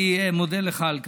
אני מודה לך על כך.